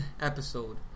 episode